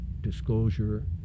disclosure